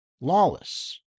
lawless